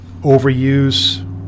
overuse